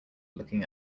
looking